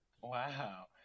wow